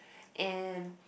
and